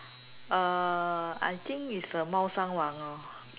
uh I think is uh 猫山王 lor